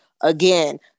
again